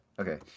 Okay